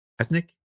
Ethnic